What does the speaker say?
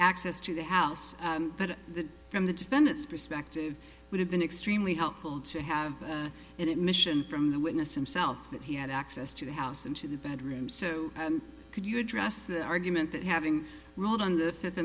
access to the house but from the defendant's perspective would have been extremely helpful to have an admission from the witness him self that he had access to the house into the bedroom so and could you address the argument that having ruled on the fifth